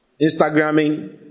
Instagramming